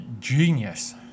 genius